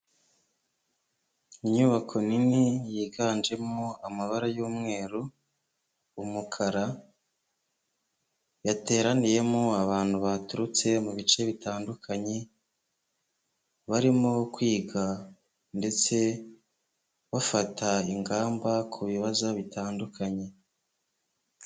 Inyubako nini yiganjemo amabara y'umweru, umukara, yateraniyemo abantu baturutse mu bice bitandukanye, barimo kwiga ndetse bafata ingamba ku bibazo bitandukanye.